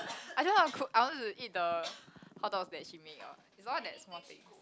I just wanna cook I wanted to eat the hotdogs that she made lor is all that small things